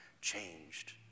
changed